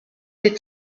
des